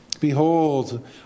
Behold